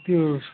त्यो